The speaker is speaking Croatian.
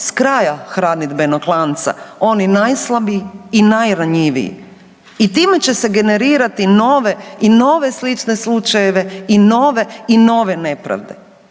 s kraja hranidbenog lanca, oni najslabiji i najranjiviji i time i generirati nove i nove slične slučajeve i nove i nove nepravde.